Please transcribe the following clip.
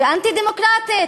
ואנטי-דמוקרטית.